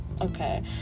okay